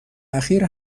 اخیر